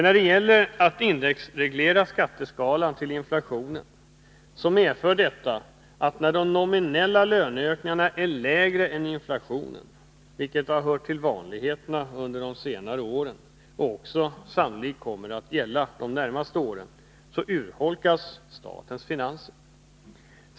När det gäller att indexreglera skatteskalan till inflationen medför detta, att när de nominella löneökningarna är lägre än inflationen — vilket har hört till vanligheterna under senare år och sannolikt också kommer att gälla de närmaste åren — urholkas statens finanser.